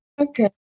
Okay